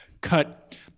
cut